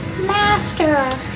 Master